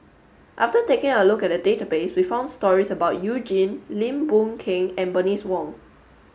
after taking a look at the database we found stories about You Jin Lim Boon Keng and Bernice Wong